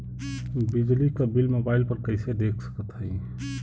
बिजली क bill mobile पर कईसे देख सकत हई?